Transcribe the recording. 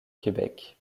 québec